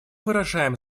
выражаем